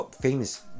famous